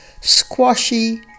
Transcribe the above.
squashy